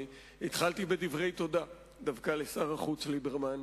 התחלתי בדברי תודה דווקא לשר החוץ ליברמן.